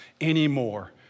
anymore